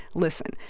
listen.